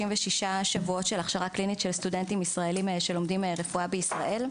שבועות של הכשרה קלינית של סטודנטים ישראלים שלומדים רפואה בישראל.